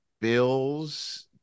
Bills –